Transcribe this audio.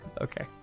Okay